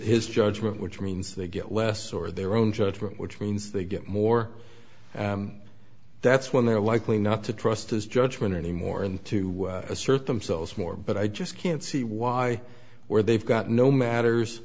his judgment which means they get less or their own judgment which means they get more that's when they're likely not to trust his judgment anymore and to assert themselves more but i just can't see why where they've got no matters